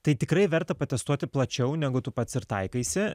tai tikrai verta patestuoti plačiau negu tu pats ir taikaisi